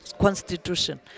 constitution